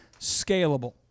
scalable